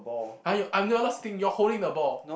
I'm you uh you're not siting you're holding the ball